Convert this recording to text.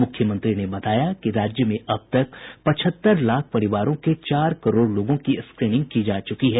मुख्यमंत्री ने बताया कि राज्य में अब तक पचहत्तर लाख परिवारों के चार करोड़ लोगों की स्क्रीनिंग की जा चुकी है